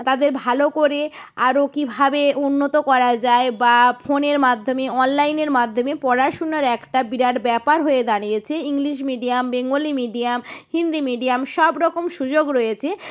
তাদের ভালো করে আরো কীভাবে উন্নত করা যায় বা ফোনের মাধ্যমে অনলাইনের মাধ্যমে পড়াশুনার একটা বিরাট ব্যাপার হয়ে দাঁড়িয়েছে English medium Bengali medium Hindi medium সব রকম সুযোগ রয়েছে